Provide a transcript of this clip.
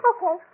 Okay